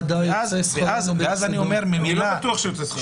אני לא בטוח שיוצא שכרו בהפסדו.